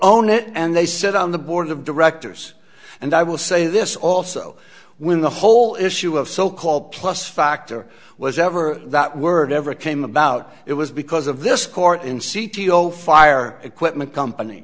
own it and they sit on the board of directors and i will say this also when the whole issue of so called plus factor was ever that word never came about it was because of this court in c t o fire equipment company